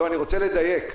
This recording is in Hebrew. לא, אני רוצה לדייק.